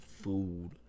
food